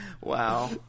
wow